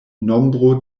nombro